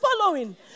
following